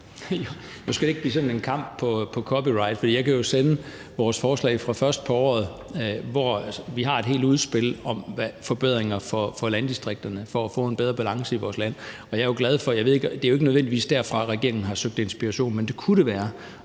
Nu skal det ikke blive sådan en kamp om copyright, for jeg kan jo sende vores forslag fra først på året, hvor vi har et helt udspil om forbedringer for landdistrikterne for at få en bedre balance i vores land. Det er jo ikke nødvendigvis derfra, regeringen har søgt inspiration, men det kunne det være,